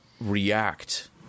react